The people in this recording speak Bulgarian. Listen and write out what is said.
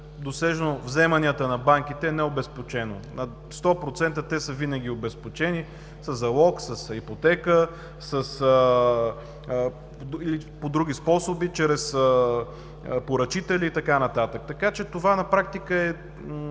досежно вземанията на банките, не е обезпечено? На 100% те са винаги обезпечени със залог, с ипотека или по други способи – чрез поръчители и така нататък, така че това на практика е,